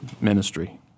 ministry